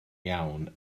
iawn